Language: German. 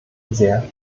sehr